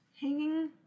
hanging